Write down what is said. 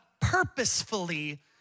purposefully